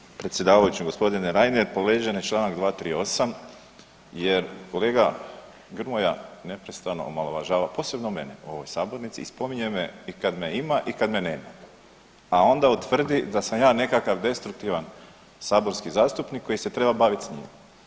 Uvaženi predsjedavajući, gospodine Reiner povrijeđen je članak 238. jer kolega Grmoja neprestano omalovažava posebno mene u ovoj sabornici i spominje me i kad me ima i kad me nema, a onda utvrdi da sam ja nekakav destruktivan saborski zastupnik koji se treba baviti s njim.